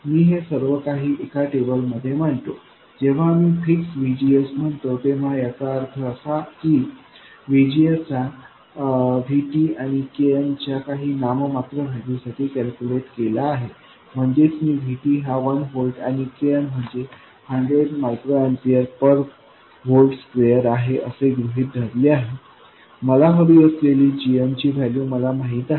मी हे सर्वकाही एका टेबलमध्ये मांडतो जेव्हा मी फिक्स VGSम्हणतो तेव्हा त्याचा अर्थ असा की VGSहाVT आणि Kn च्या काही नाममात्र व्हॅल्यूसाठी कॅल्क्युलेट केला आहे म्हणजेच मी VTहा 1 व्होल्ट आणि Kn म्हणजे 100 micro ampere per volt square आहे हे गृहीत धरले आहे मला हवी असलेली gm ची व्हॅल्यू मला माहित आहे